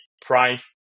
price